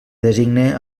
designe